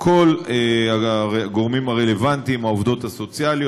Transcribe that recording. כל הגורמים הרלוונטיים: העובדות הסוציאליות,